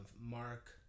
Mark